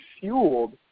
fueled